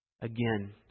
again